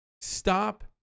stop